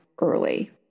early